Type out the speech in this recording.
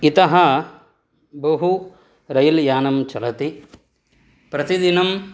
इतः बहु रेल् यानं चलति प्रतिदिनं